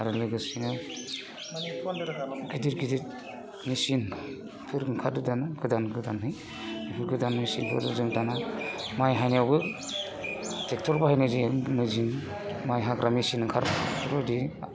आरो लोगोसेनो गिदिर गिदिर मेसिनफोर ओंखारदों दानिया गोदान गोदानयै बेफोर गोदान मेसिनफोरजों दानिया माइ हानायावबो ट्रेक्ट'र बाहायनाय जायो मेसिन माइ हाग्रा मेसिन ओंखारबाय बेफोरबायदि